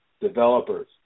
developers